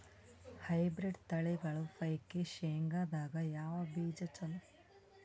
Hybrid ತಳಿಗಳ ಪೈಕಿ ಶೇಂಗದಾಗ ಯಾವ ಬೀಜ ಚಲೋ?